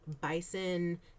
bison